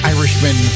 Irishman